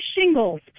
shingles